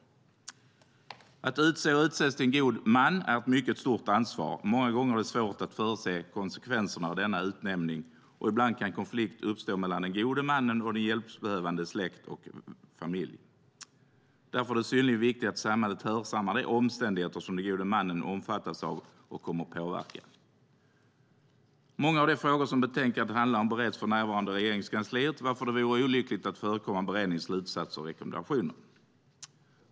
Att utse och utses till god man är ett mycket stort ansvar. Många gånger är det svårt att förutse konsekvenserna av denna utnämning, och ibland kan konflikt uppstå mellan den gode mannen och den hjälpbehövandes släkt och familj. Därför är det synnerligen viktigt att samhället hörsammar de omständigheter som den gode mannen omfattas av och kommer att påverka. Många av de frågor som betänkandet handlar om bereds för närvarande av Regeringskansliet, varför det vore olyckligt att förekomma beredningens slutsatser och rekommendationer.